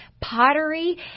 pottery